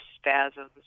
spasms